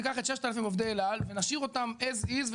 ניקח את 6,000 עובדי אל על ונשאיר אותם as is.